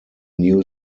new